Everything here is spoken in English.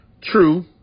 True